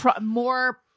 more